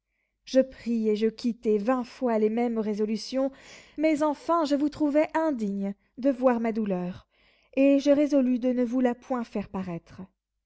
je pris et je quittai vingt fois les mêmes résolutions mais enfin je vous trouvai indigne de voir ma douleur et je résolus de ne vous la point faire paraître